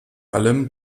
allem